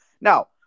Now